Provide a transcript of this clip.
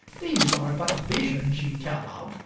these are but visions ye tell of,